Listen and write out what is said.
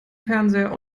fernseher